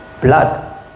blood